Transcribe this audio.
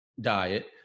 diet